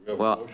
well,